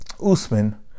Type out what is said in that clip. Usman